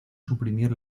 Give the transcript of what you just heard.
suprimir